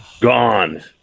gone